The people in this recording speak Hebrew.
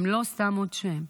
הם לא סתם עוד שם.